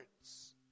words